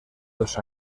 dos